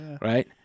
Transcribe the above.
Right